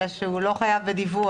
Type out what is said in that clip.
אלא שהוא לא חייב בדיווח,